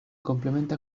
complementa